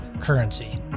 currency